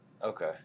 Okay